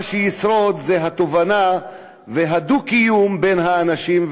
מה שישרוד זו התובנה והדו-קיום בין האנשים.